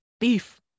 beef